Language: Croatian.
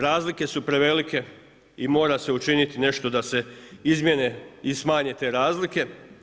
Razlike su prevelike i mora se učiniti nešto da se izmijene i smanje te razlike.